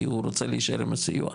כי הוא רוצה להישאר עם הסיוע,